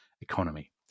economy